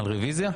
על רביזיה?